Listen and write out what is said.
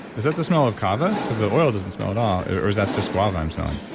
is that the smell of kava? because the oil doesn't smell at all. or is that just guava i'm smelling?